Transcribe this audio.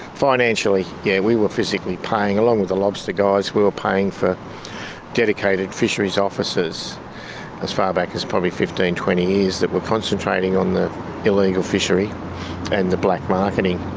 financially, yeah, we were physically paying, along with the lobster guys, we were paying for dedicated fisheries officers as far back as probably fifteen, twenty years that were concentrating on the illegal fishery and the black marketing.